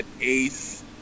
ace